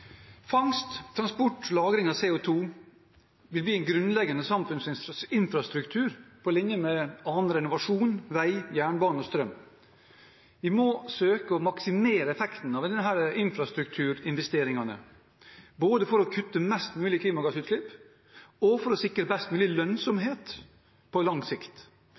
Fangst, transport, lagring av CO 2 vil bli grunnleggende samfunnsinfrastruktur på linje med renovasjon, vei, jernbane og strøm. Vi må søke å maksimere effekten av disse infrastrukturinvesteringene, både for å kutte mest mulig klimagassutslipp og for å sikre best mulig lønnsomhet på lang sikt.